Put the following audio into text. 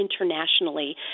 internationally